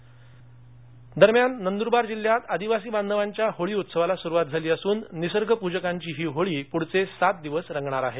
नंद्रबार दरम्यान नंदुरबार जिल्ह्यातल्या आदिवासी बांधवाच्या होळी उत्सवाला सुरवात झाली असुन निसर्गपुजकांची ही होळी पुढचे सात दिवस रंगणार आहे